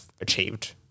achieved